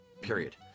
period